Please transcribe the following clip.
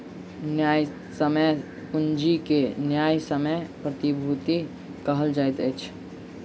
न्यायसम्य पूंजी के न्यायसम्य प्रतिभूति कहल जाइत अछि